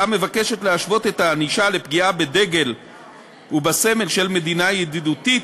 ההצעה מבקשת להשוות את הענישה לפגיעה בדגל ובסמל של מדינה ידידותית,